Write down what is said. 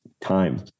time